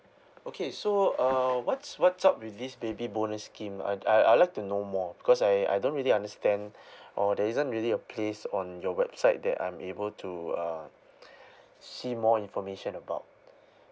okay so uh what's what's up with this baby bonus scheme I'd I'd I'd like to know more because I I don't really understand or there isn't really a place on your website that I'm able to uh see more information about